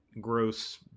gross